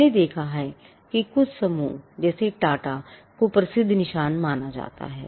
हमने देखा है कि कुछ समूह जैसेटाटा को प्रसिद्ध निशान माना जाता है